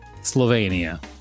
Slovenia